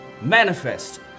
manifest